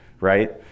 right